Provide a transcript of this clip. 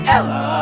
Ella